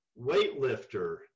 weightlifter